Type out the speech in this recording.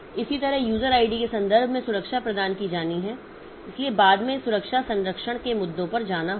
इसी तरह user ID के संदर्भ में सुरक्षा प्रदान की जानी है और इसलिए बाद में इस सुरक्षा संरक्षण के मुद्दों पर जाना होगा